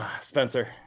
Spencer